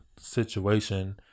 situation